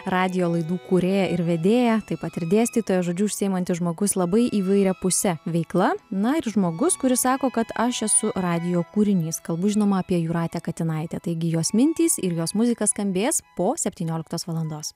radijo laidų kūrėja ir vedėja taip pat ir dėstytoja žodžiu užsiimantis žmogus labai įvairiapuse veikla na ir žmogus kuris sako kad aš esu radijo kūrinys kalbu žinoma apie jūratę katinaitę taigi jos mintys ir jos muzika skambės po septynioliktos valandos